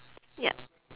yup